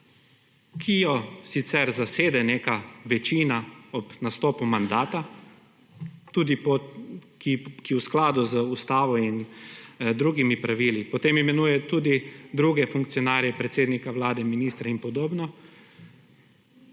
ki jo sicer zasede neka večina ob nastopu mandata, ki v skladu z Ustavo in drugimi pravili potem imenuje tudi druge funkcionarje, predsednika vlade, ministre in podobno.